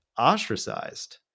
ostracized